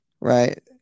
right